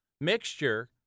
mixture